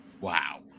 wow